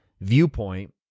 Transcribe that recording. viewpoint